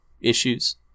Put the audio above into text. issues